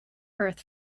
earth